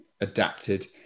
adapted